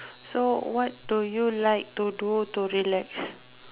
so what do you like to do to relax